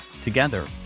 Together